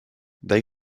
they